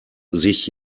sich